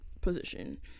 position